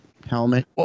Helmet